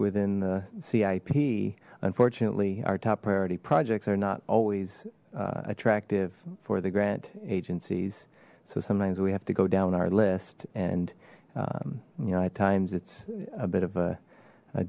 within the cip unfortunately our top priority projects are not always attractive for the grant agencies so sometimes we have to go down our list and you know at times it's a bit of a